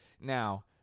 Now